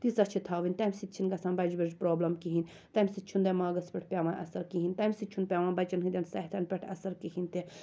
تیٖژاہ چھِ تھاوٕنۍ تمہِ سۭتۍ چھِنہٕ گَژھان بَجہِ بَجہِ پرابلم کِہِیٖنۍ تمہِ سۭتۍ چھُ نہٕ دٮ۪ماغَس پٮ۪ٹھ پیٚوان اَثَر کِہیٖنۍ تمہِ سۭتۍ چھُنہٕ پیٚوان بَچَن ہٕنٛڈٮ۪ن صحتَن پٮ۪ٹھ اَثَر کِہیٖنۍ تہِ